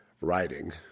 writing